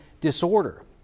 disorder